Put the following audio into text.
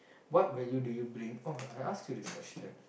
what value do you bring oh I asked you this question